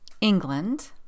England